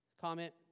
comment